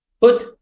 Put